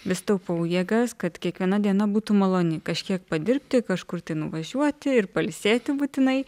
vis taupau jėgas kad kiekviena diena būtų maloni kažkiek padirbti kažkur tai nuvažiuoti ir pailsėti būtinai